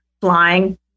flying